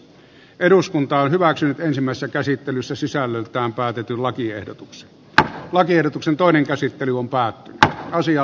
eduskunta hyväksyy ensimmäistä käsittelyssä sisällöltään päätetyn lakiehdotuksen lakiehdotuksen toinen käsittely on päättynyt ja asia